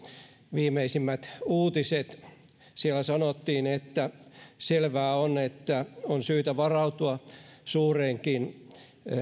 viimeisimmät uutiset siellä sanottiin että selvää on että on syytä varautua suureenkin